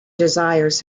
desires